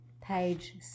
page